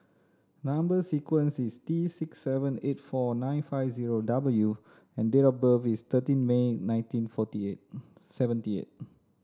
number sequence is T six seven eight four nine five zero W and date of birth is thirteen May nineteen forty eight seventy eight